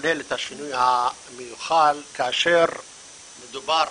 לחולל את השינוי המיוחל כאשר מדובר,